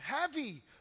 heavy